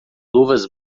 luvas